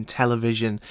television